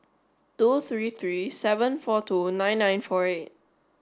two three three seven four two nine nine four eight